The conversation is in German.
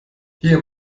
hier